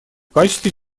качестве